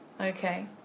Okay